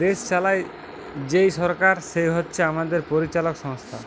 দেশ চালায় যেই সরকার সে হচ্ছে আমাদের পরিচালক সংস্থা